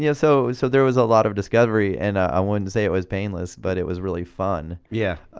yeah. so so there was a lot of discovery and i wouldn't say it was painless, but it was really fun. yeah